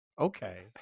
Okay